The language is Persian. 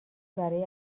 برای